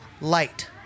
light